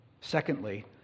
Secondly